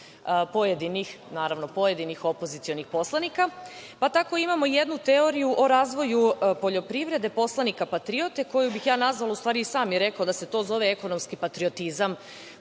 pojedinih, naravno, pojedinih opozicionih poslanika. Pa, tako, imamo jednu teoriju o razvoju poljoprivrede poslanika patriota, koju bih ja nazvala, u stvari i sam je rekao da se to zove ekonomski patriotizam